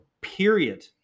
period